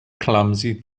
clumsy